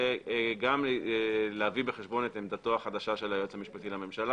וגם להביא בחשבון את עמדתו החדשה של היועץ המשפטי לממשלה,